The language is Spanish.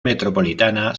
metropolitana